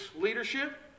leadership